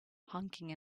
honking